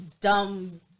dumb